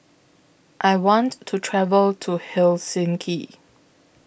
I want to travel to Helsinki